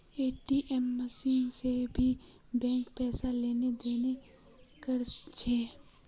ATM machine से भी bank पैसार लेन देन कर छे